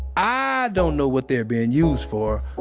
i don't know what they're being used for,